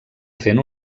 fent